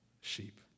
sheep